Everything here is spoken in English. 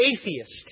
atheist